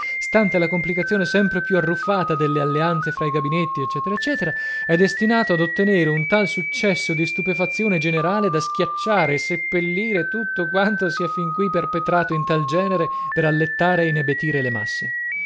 stante la complicazione sempre più arruffata delle alleanze fra i gabinetti ecc ecc è destinato ad ottenere un tal successo di stupefazione generale da schiacciare e seppellire tutto quanto si è fin qui perpetrato in tal genere per allettare e inebetire le masse